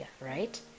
right